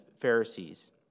Pharisees